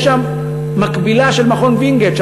יש שם מקבילה של מכון וינגייט.